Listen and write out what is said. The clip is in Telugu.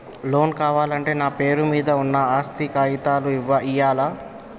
లోన్ కావాలంటే నా పేరు మీద ఉన్న ఆస్తి కాగితాలు ఇయ్యాలా?